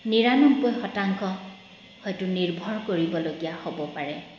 নিৰানব্বৈ শতাংশ হয়তো নিৰ্ভৰ কৰিবলগীয়া হ'ব পাৰে